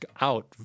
out